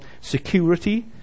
security